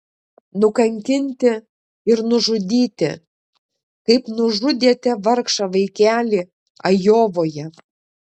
nukankinti ir nužudyti kaip nužudėte vargšą vaikelį ajovoje